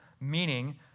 meaning